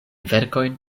verkojn